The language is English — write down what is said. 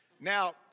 Now